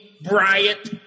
Bryant